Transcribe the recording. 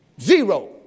Zero